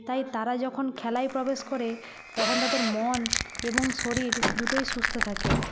তাই তারা যখন খেলায় প্রবেশ করে তখন তাদের মন এবং শরীর দুটোই সুস্থ থাকে